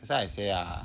that's why I say ah